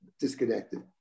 disconnected